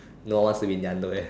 no one wants to be in their underwear